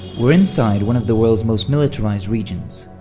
we're inside one of the world's most militarized regions,